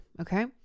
Okay